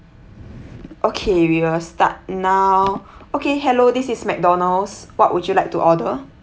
okay we will start now okay hello this is mcdonald's what would you like to order